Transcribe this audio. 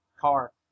car